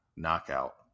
knockout